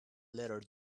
letter